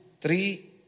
three